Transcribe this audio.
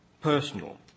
personal